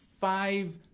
five